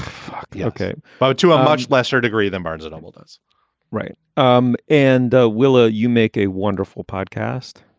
ok. go to a much lesser degree than barnes noble does right. um and ah will ah you make a wonderful podcast?